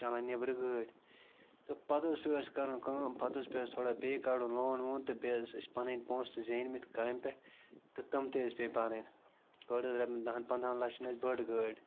بہٕ چلاو نیٚبرٕ گٲڑۍ تہٕ پَتہٕ حظ پیوٚو اَسہِ کَرُن کٲم پَتہٕ حظ پیوٚو اَسہِ تھوڑا بیٚیہِ کَڑُن لون وون تہٕ بیٚیہِ حظ ٲسۍ اَسہِ پَنٕنۍ پونٛسہٕ تہِ زیٖنمٕتۍ کامہِ پٮ۪ٹھ تہٕ تِم تہٕ حظ پے پَتہٕ کٔڑ حظ رۄپیَس دَہَن پَنٛدہن لَچھَن اَسہِ بٔڑ گٲڑۍ